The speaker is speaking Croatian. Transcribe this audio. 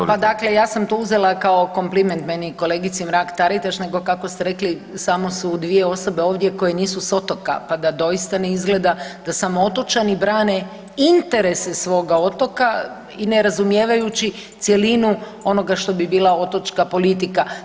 A pa dakle ja sam to uzela kao kompliment, meni i kolegici Mrak Taritaš, nego kako ste rekli samo su 2 osobe ovdje koje nisu s otoka pa da doista ne izgleda da samo otočani brane interese svoga otoka i ne razumijevajući cjelinu onoga što bi bila otočka politika.